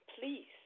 please